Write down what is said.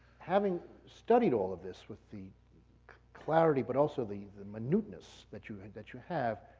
having studied all of this with the clarity, but also the the minuteness that you and that you have,